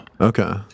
Okay